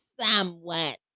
somewhat